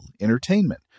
entertainment